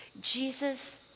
Jesus